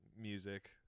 music